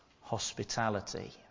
hospitality